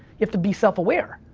you have to be self-aware,